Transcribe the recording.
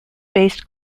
based